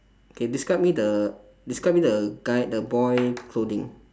K describe me the describe me the guy the boy clothing